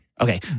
Okay